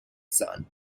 son